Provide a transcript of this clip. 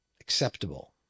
acceptable